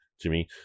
Jimmy